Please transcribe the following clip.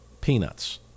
peanuts